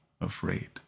afraid